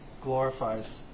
glorifies